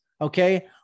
Okay